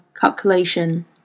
calculation